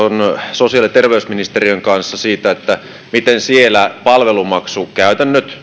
sosiaali ja terveysministeriön kanssa siitä miten siellä palvelumaksukäytännöt